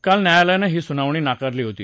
काल न्यायालयानं ही सुनावणी नाकारली होती